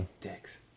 Dicks